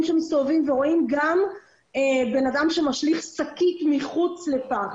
שמסתובבים ורואים גם בן אדם שמשליך שקית מחוץ לפח,